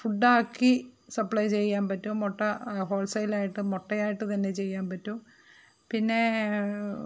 food ആക്കി supply ചെയ്യാൻ പറ്റും മുട്ട ഹോൾസെയിൽ ആയിട്ട് മുട്ടയായിട്ട് തന്നെ ചെയ്യാൻ പറ്റും പിന്നേ